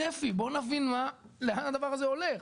בוא נבין לאן הדבר הזה הולך.